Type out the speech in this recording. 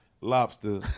lobster